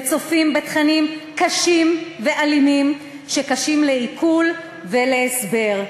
וצופים בתכנים קשים ואלימים, שקשים לעיכול ולהסבר.